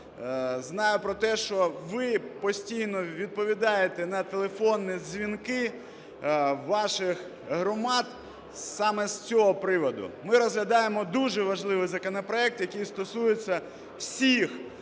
знаю про те, що ви постійно відповідаєте на телефонні дзвінки з ваших громад саме з цього приводу. Ми розглядаємо дуже важливий законопроект, який стосується всіх